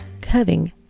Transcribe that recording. curving